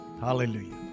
Hallelujah